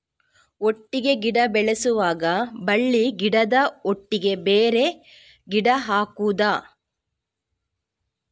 ಒಟ್ಟಿಗೆ ಗಿಡ ಬೆಳೆಸುವಾಗ ಬಳ್ಳಿ ಗಿಡದ ಒಟ್ಟಿಗೆ ಬೇರೆ ಗಿಡ ಹಾಕುದ?